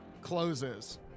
closes